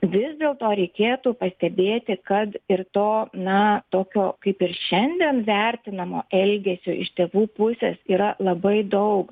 vis dėlto reikėtų pastebėti kad ir to na tokio kaip šiandien vertinamo elgesio iš tėvų pusės yra labai daug